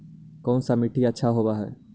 कोन सा मिट्टी अच्छा होबहय?